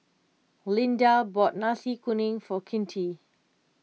Lynda bought Nasi Kuning for Kinte